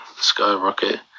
skyrocket